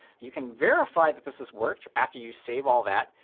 you can verify that this has worked after you save all that.